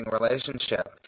relationship